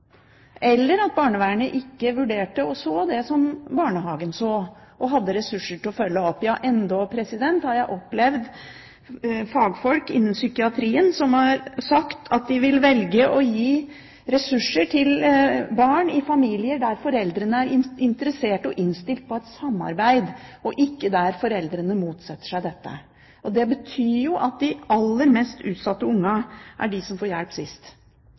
eller at barnevernet ikke vurderte og så det samme som barnehagen så, og hadde ressurser til å følge opp. Ja, endog har jeg opplevd at fagfolk innen psykiatrien har sagt at de vil velge å gi ressurser til barn i familier der foreldrene er interessert og innstilt på et samarbeid, og ikke der foreldrene motsetter seg dette. Og det betyr jo at de aller mest utsatte barna er de som får hjelp sist.